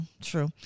true